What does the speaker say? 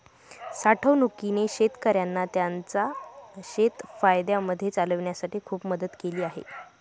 साठवणूकीने शेतकऱ्यांना त्यांचं शेत फायद्यामध्ये चालवण्यासाठी खूप मदत केली आहे